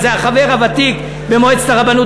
אז זה החבר הוותיק במועצת הרבנות